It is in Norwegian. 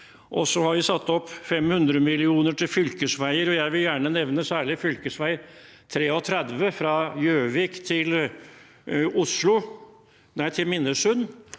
Så har vi satt opp 500 mill. kr til fylkesveier. Jeg vil gjerne nevne særlig fv. 33 fra Gjøvik til Minnesund,